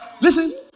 Listen